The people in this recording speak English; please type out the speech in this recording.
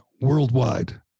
worldwide